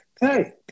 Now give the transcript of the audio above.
hey